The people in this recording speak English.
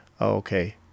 okay